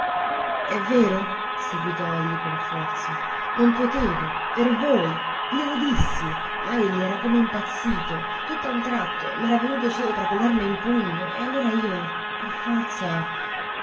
è vero seguitò egli con forza non potevo per voi glielo dissi ma egli era come impazzito tutt'a un tratto m'era venuto sopra con l'arma in pugno e allora io per forza